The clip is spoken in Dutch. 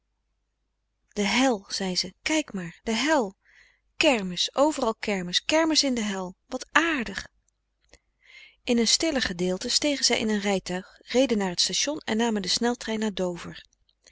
de hel zei ze kijk maar de hel kermis overal kermis kermis in de hel wat aardig in een stiller gedeelte stegen zij in een rijtuig reden naar t station en namen den sneltrein naar dover